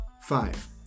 Five